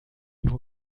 nur